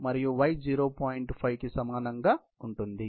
5 కి సమానంగా ఉంటుంది